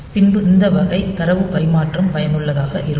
பின்னர் இந்த வகை தரவு பரிமாற்றம் பயனுள்ளதாக இருக்கும்